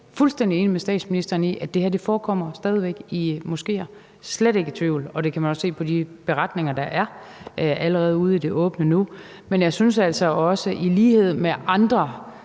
fuldstændig enig med statsministeren i, at det her forekommer stadig væk i moskéer – jeg er slet ikke i tvivl – og det kan man også se i de beretninger, der allerede er ude i det åbne nu. Men jeg synes altså også i lighed med andre